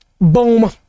Boom